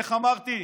איך אמרתי,